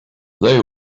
they